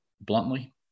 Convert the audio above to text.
bluntly